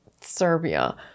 serbia